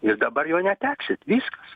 ir dabar jo neteksit viskas